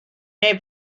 neu